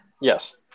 yes